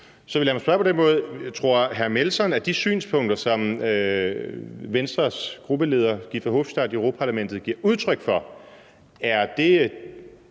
Melson, at de synspunkter, som Venstres gruppeleder Guy Verhofstadt i Europa-Parlamentet giver udtryk for, er en